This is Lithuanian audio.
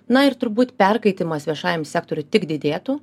na ir turbūt perkaitimas viešajam sektoriui tik didėtų